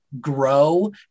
grow